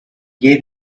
gave